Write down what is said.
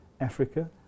Africa